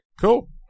Cool